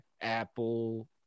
Apple